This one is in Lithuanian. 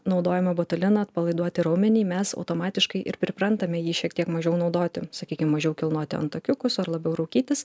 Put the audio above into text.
naudojame botulino atpalaiduoti raumenį mes automatiškai ir priprantame jį šiek tiek mažiau naudoti sakykim mažiau kilnoti antakiukus ar labiau raukytis